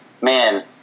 man